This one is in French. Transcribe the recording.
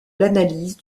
l’analyse